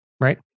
right